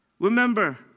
Remember